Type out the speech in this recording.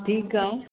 ठीकु आहे